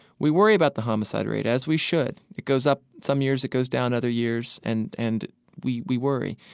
we worry about the homicide rate, as we should. it goes up some years, it goes down other years, and and we we worry.